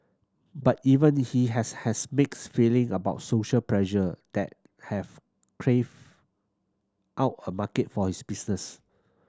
but even he has has mixed feeling about social pressure that have craved out a market for his business